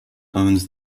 owns